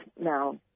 now